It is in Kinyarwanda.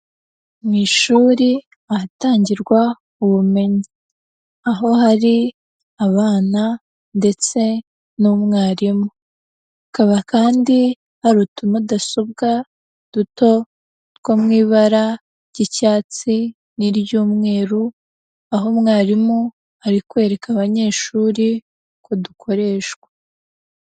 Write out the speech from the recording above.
Mu ishuri ahatangirwa ubumenyi, aho hari abana ndetse n'umwarimu, hakaba kandi hari utumudasobwa duto two mu ibara ry'icyatsi n'iry'umweru, aho umwarimu ari kwereka abanyeshuri uko dukoreshwa.